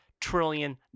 trillion